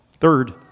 Third